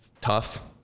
tough